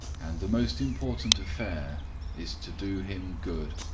and the most important affair is, to do him good,